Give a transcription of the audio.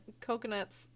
coconuts